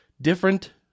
different